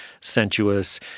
sensuous